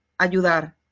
ayudar